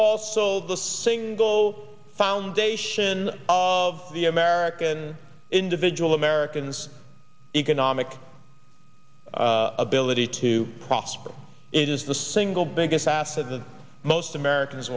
also the single foundation of the american individual americans economic ability to prosper it is the single biggest asset that most americans